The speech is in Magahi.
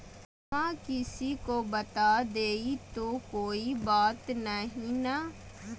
पिनमा किसी को बता देई तो कोइ बात नहि ना?